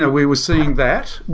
ah we were seeing that.